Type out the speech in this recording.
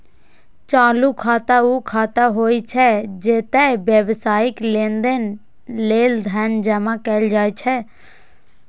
चालू खाता ऊ खाता होइ छै, जतय व्यावसायिक लेनदेन लेल धन जमा कैल जाइ छै